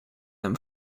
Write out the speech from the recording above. them